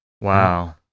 Wow